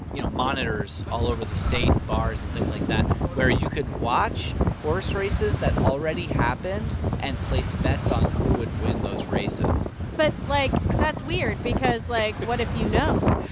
you know, monitors all over the state and bars and things like that where you could watch horse races that already happened and place bets on who would win those races but, like, that's weird because, like, what if you know?